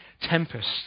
tempest